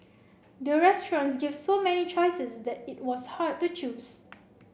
the restaurants gave so many choices that it was hard to choose